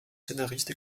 scénariste